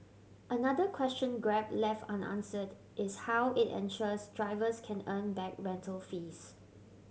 another question Grab left unanswered is how it ensures drivers can earn back rental fees